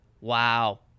wow